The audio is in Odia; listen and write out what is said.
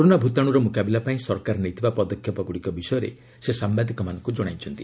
କରୋନା ଭୂତାଣୁର ମୁକାବିଲା ପାଇଁ ସରକାର ନେଇଥିବା ପଦକ୍ଷେପ ଗୁଡ଼ିକ ବିଷୟରେ ସେ ସାମ୍ବାଦିକମାନଙ୍କୁ ଜଣାଇଛନ୍ତି